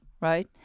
right